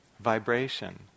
vibration